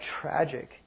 tragic